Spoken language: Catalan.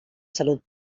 salut